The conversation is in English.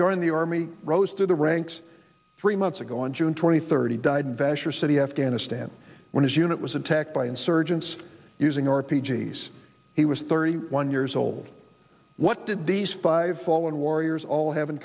join the army rose through the ranks three months ago on june twenty third he died vasher city afghanistan when his unit was attacked by insurgents using your p g's he was thirty one years old what did these five fallen warriors all have in